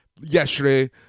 Yesterday